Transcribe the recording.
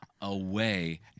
away